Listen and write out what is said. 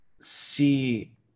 see